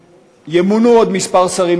ימונו עוד כמה שרים,